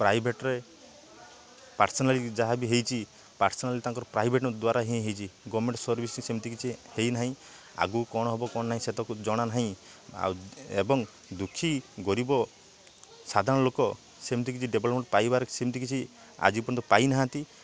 ପ୍ରାଇଭେଟ୍ରେ ପର୍ଶନାଲ୍ ଯାହାବି ହେଇଛି ପର୍ଶନାଲ୍ ତାଙ୍କର ପ୍ରାଇଭେଟ୍ ଦ୍ଵାରା ହିଁ ହେଇଛି ଗଭର୍ଣ୍ଣମେଣ୍ଟ ସର୍ଭିସ୍ ସେମିତି କିଛି ହେଇନାହିଁ ଆଗକୁ କ'ଣ ହେବ କ'ଣ ନାଇଁ ସେତକ ଜଣା ନାହିଁ ଆଉ ଏବଂ ଦୁଃଖୀ ଗରିବ ସାଧାରଣ ଲୋକ ସେମ୍ତି କିଛି ଡେଭ୍ଲପ୍ମେଣ୍ଟ ପାଇବାର ସେମ୍ତି କିଛି ଆଜି ପର୍ଯ୍ୟନ୍ତ ପାଇନାହାନ୍ତି